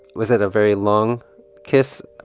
was it a very long kiss?